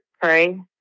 pray